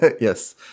Yes